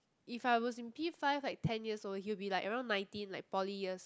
if I was in P five like ten years old he will be like around nineteen like poly years